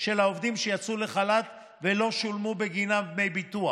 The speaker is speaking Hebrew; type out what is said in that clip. של העובדים שיצאו לחל"ת ולא שולמו בגינם דמי ביטוח.